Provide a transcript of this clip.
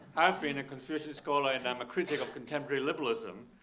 i've been a confucian scholar and i'm a critic of contemporary liberalism.